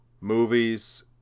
movies